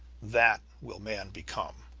that will man become.